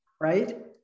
right